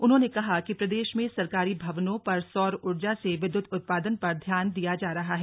उन्होंने कहा कि प्रदेश में सरकारी भवनों पर सौर ऊर्जा से विद्युत उत्पादन पर ध्यान दिया जा रहा है